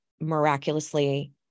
miraculously